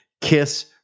kiss